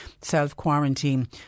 self-quarantine